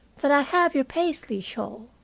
that i have your paisley shawl.